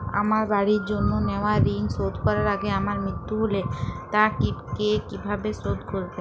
আমার বাড়ির জন্য নেওয়া ঋণ শোধ করার আগে আমার মৃত্যু হলে তা কে কিভাবে শোধ করবে?